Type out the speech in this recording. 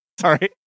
Sorry